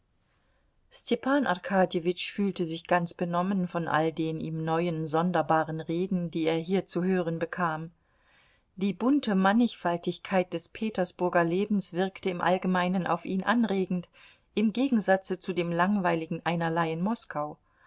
arkadjewitsch fühlte sich ganz benommen von all den ihm neuen sonderbaren reden die er hier zu hören bekam die bunte mannigfaltigkeit des petersburger lebens wirkte im allgemeinen auf ihn anregend im gegensatze zu dem langweiligen einerlei in moskau